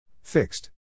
fixed